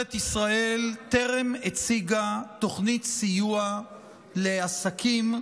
וממשלת ישראל טרם הציגה תוכנית סיוע לעסקים,